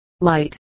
Light